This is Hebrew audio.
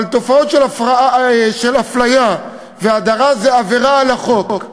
אבל תופעות של אפליה והדרה הן עבירה על החוק.